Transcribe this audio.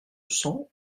cents